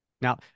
Now